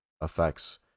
effects